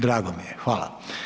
Drago mi je, hvala.